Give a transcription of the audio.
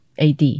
AD